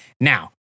now